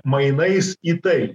mainais į tai